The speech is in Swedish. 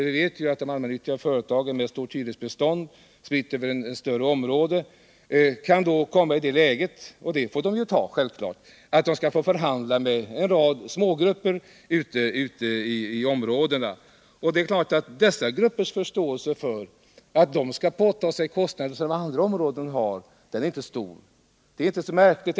Vi vet ju att de allmännyttiga företagen med stort hyresbestånd, spritt över ett större omräde, kan komma i det läget — och det får de självklart acceptera —-att de får förhandla med en rad smågrupper ute i områdena. Det är klart att dessa gruppers förståelse för att de skall påta sig kostnader som andra områden har inte är stor. Det är inte så märkligt.